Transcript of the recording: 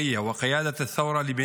ישראל: